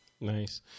Nice